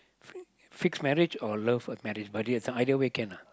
fixed marriage or love at marriage but there's either way can [sh]